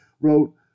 wrote